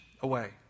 away